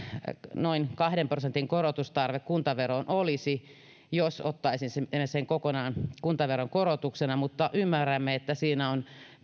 noin kahden prosentin korotustarve kuntaveroon olisi jos ottaisimme sen kokonaan kuntaveron korotuksena mutta ymmärrämme että siinä on